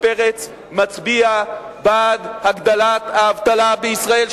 פרץ מצביע בעד הגדלת האבטלה בישראל.